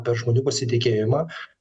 per žmonių pasitikėjimą